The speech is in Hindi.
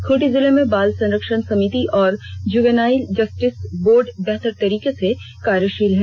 खूंटी जिले में बाल संरक्षण समिति और जुवेनाइल जस्टिस बोर्ड बेहतर तरीके से कार्यशील है